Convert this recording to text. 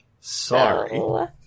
sorry